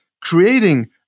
creating